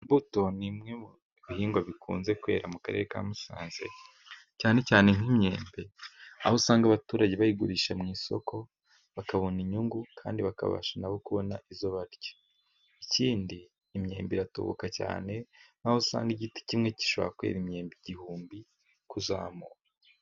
Imbuto ni imwe mu bihingwa bikunze kwera mu karere ka Musanze ,cyane cyane nk'inyembe aho usanga abaturage bayigurisha mu isoko bakabona inyungu, kandi bakabasha nabo kubona iyo barya ,ikindi imyemba iratubuka cyane, n'aho usanga igiti kimwe gishobora kwera imyemba igihumbi kuzamuka.